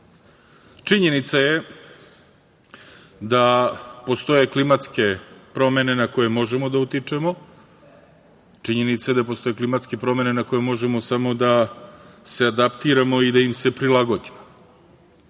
istina. Činjenica je da postoje klimatske promene na koje možemo da utičemo, činjenica je da postoje klimatske promene na koje možemo samo da se adaptiramo ili da im se prilagodimo.